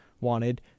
wanted